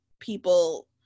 people